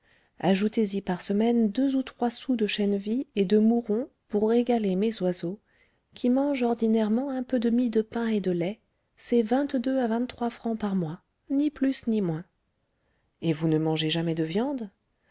ajoutez-y par semaine deux ou trois sous de chènevis et de mouron pour régaler mes oiseaux qui mangent ordinairement un peu de mie de pain et de lait c'est vingt-deux à vingt-trois francs par mois ni plus ni moins et vous ne mangez jamais de viande